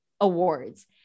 awards